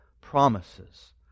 promises